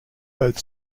both